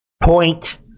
Point